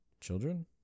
Children